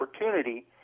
opportunity